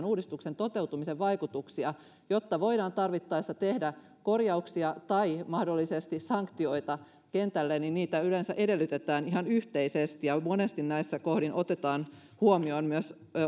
uudistuksen toteutumisen vaikutuksia jotta voidaan tarvittaessa tehdä korjauksia tai mahdollisesti sanktioita kentälle niitä yleensä edellytetään ihan yhteisesti ja monesti näissä kohdin otetaan huomioon myös